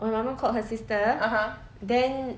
when my mum called her sister then